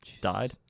died